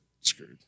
screwed